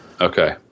Okay